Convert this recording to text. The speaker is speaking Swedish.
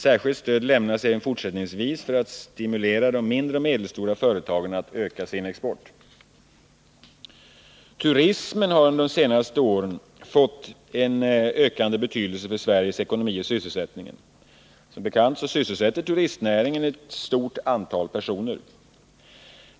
Särskilt stöd lämnas även fortsättningsvis för att stimulera de mindre och medelstora företagen att öka sin export. Turismen har under senare år fått en ökande betydelse för Sveriges ekonomi och sysselsättning. Turistnäringen sysselsätter ett mycket stort antal personer.